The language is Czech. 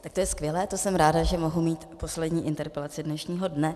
To je skvělé, to jsem ráda, že mohu mít poslední interpelaci dnešního dne.